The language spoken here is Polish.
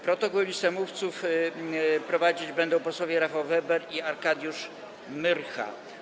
Protokół i listę mówców prowadzić będą posłowie Rafał Weber i Arkadiusz Myrcha.